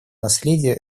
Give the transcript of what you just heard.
наследия